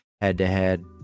head-to-head